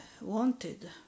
wanted